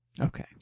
okay